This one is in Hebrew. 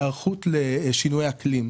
היערכות לשינוי אקליטם,